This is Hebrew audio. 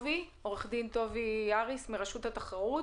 עורכת דין טובי הריס, מרשות התחרות.